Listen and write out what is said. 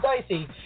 dicey